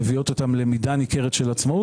מביאות אותן למידה ניכרת של עצמאות,